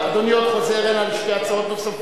אדוני עוד חוזר הנה לשתי הצעות נוספות.